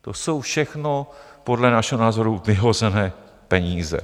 To jsou všechno podle našeho názoru vyhozené peníze.